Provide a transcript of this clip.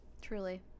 Truly